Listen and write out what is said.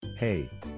Hey